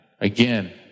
Again